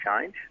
change